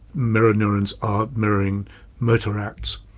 mirror neurons are mirroring motor acts.